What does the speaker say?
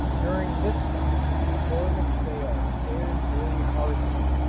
during this time poor mcphail fared very hardly.